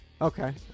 Okay